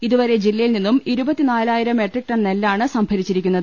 ഇതുവരെ ജില്ലയിൽ നിന്നും ഇരുപത്തിനാലായിരം മെട്രിക് ടൺ നെല്ലാണ് സംഭരിച്ചിരിക്കുന്നത്